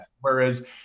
whereas